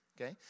Okay